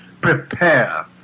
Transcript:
prepare